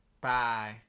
Bye